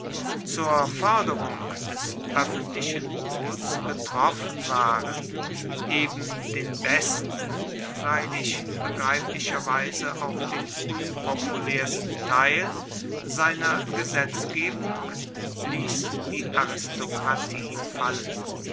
zur förderung des öffentlichen wohls getroffen waren eben den besten freilich begreiflicherweise auch den unpopulärsten teil seiner gesetzgebung ließ die aristokratie fallen